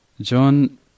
John